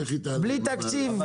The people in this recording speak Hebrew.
בלי תקציב?